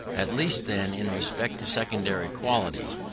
at least, then, in respect to secondary qualities,